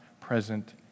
present